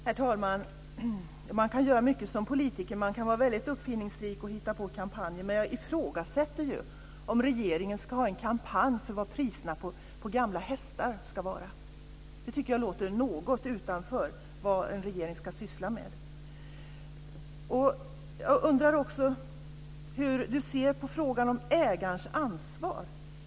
Herr talman! Man kan göra mycket som politiker. Man kan var väldigt uppfinningsrik och hitta på kampanjer, men jag ifrågasätter om regeringen ska ha en kampanj för vad priserna på gamla hästar ska vara. Det tycker jag låter något utanför vad en regering ska syssla med. Jag undrar också hur Gudrun Lindvall ser på frågan om ägarens ansvar.